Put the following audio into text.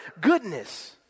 Goodness